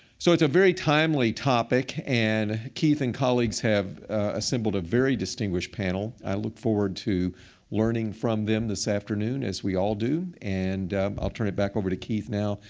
so it's a very timely topic, and keith and colleagues have assembled a very distinguished panel. i look forward to learning from them this afternoon, as we all do. and i'll turn it back over to keith, now,